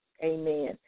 Amen